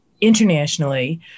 internationally